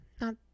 not-